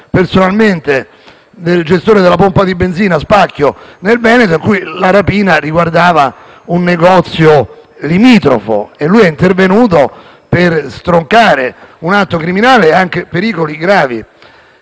Stacchio, il gestore della pompa di benzina, in Veneto, nel cui caso la rapina riguardava un negozio limitrofo e lui è intervenuto per stroncare un atto criminale e anche pericoli gravi.